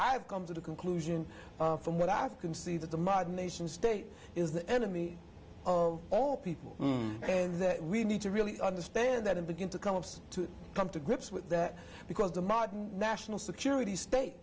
i've come to the conclusion from what i can see that the modern nation state is the enemy of all people and that we need to really understand that and begin to come to come to grips with that because the modern national security state